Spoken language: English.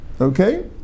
okay